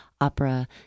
opera